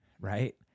right